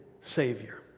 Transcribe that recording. savior